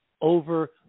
over